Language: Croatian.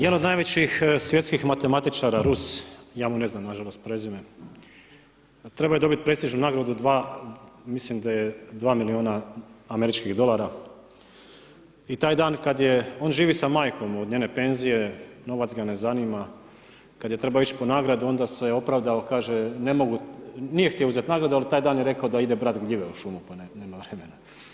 Jedan od najvećih svjetskih matematičara, ja mu ne znam nažalost prezime, trebao je dobiti prestižnu nagradu, mislim da je dva milijuna američkih dolara i taj dan kada je, on živi sa majkom od njene penzije, novac ga ne zanima, kada je trebao ići po nagradu onda se opravdao, nije htio uzeti nagradu, ali taj je dan rekao da ide brati gljive u šumu pa nema vremena.